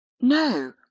no